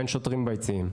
אין שוטרים ביציעים.